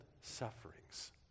sufferings